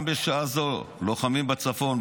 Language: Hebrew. גם בשעה זו לוחמים בצפון,